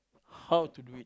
how to do it